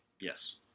Yes